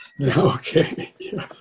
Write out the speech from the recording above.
okay